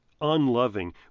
unloving